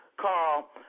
Carl